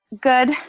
Good